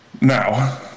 now